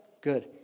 Good